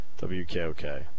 WKOK